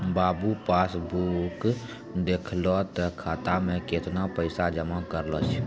बाबू passbook देखहो तें खाता मे कैतना पैसा जमा करलो छै